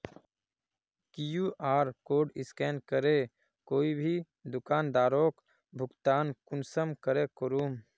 QR code scan करे कोई भी दुकानदारोक भुगतान कुंसम करे करूम?